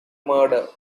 murder